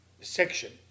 Section